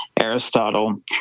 Aristotle